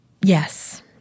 yes